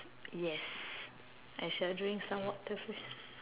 yes I shall drink some water first